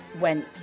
went